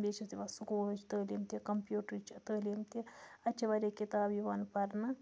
بیٚیہِ چھِس دِوان سکوٗلٕچ تٲلیٖم تہِ کمپیوٗٹرٕچ تٲلیٖم تہِ اَتہِ چھِ واریاہ کِتابہٕ یِوان پرنہٕ